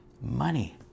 money